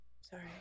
Sorry